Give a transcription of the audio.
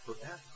forever